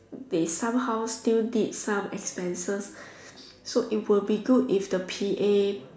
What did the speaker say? they somehow still need some expenses so it will be good if the P_A